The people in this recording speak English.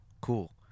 Cool